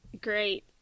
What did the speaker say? great